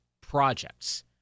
projects